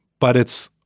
but it's